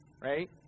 right